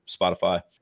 Spotify